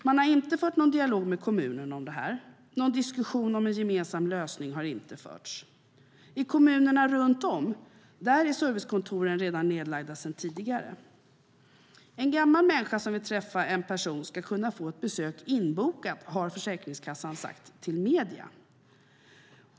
Man har inte fört någon dialog med kommunen om det, och någon diskussion om en gemensam lösning har inte förts. I kommunerna runt omkring är servicekontoren nedlagda sedan tidigare. En gammal människa som vill träffa en myndighetsperson ska kunna få ett besök inbokat, har Försäkringskassan sagt till medierna.